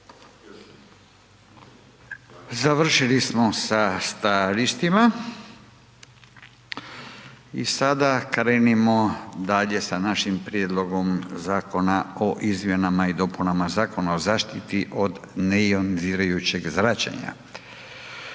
Završili smo sa stajalištima i sada krenimo dalje sa našim Prijedlogom Zakona o izmjenama i dopunama Zakona o zaštiti od neionizirajućeg zračenja.